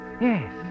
Yes